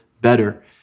better